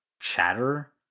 chatter